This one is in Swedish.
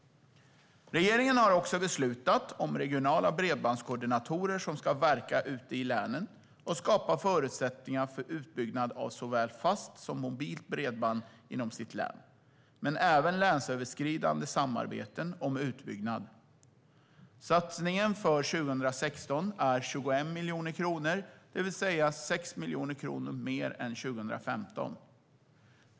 Regeringen har också beslutat om regionala bredbandskoordinatorer som ska verka ute i länen och skapa förutsättningar för utbyggnad av såväl fast som mobilt bredband inom sitt län men även om länsöverskridande samarbeten om utbyggnad. Satsningen för 2016 är 21 miljoner kronor, det vill säga 6 miljoner kronor mer än 2015.